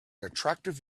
attractive